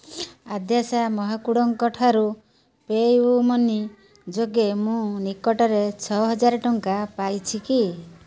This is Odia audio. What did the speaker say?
ଆଦ୍ୟାଶା ମହାକୁଡ଼ଙ୍କଠାରୁ ପେୟୁ ମନି ଯୋଗେ ମୁଁ ନିକଟରେ ଛଅହଜାର ଟଙ୍କା ପାଇଛି କି